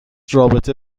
رابطه